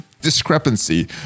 discrepancy